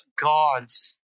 God's